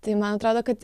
tai man atrodo kad